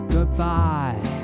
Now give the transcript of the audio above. Goodbye